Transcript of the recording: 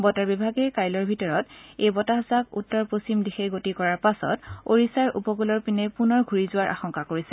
বতৰ বিভাগে কাইলৈৰ ভিতৰত এই বতাহজাক উত্তৰ পশ্চিম দিশে গতি কৰাৰ পিছত ওড়িষাৰ উপকুলৰ দিশে পুনৰ ঘূৰি যোৱাৰ আশংকা কৰিছে